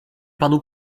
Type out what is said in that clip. panu